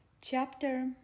Chapter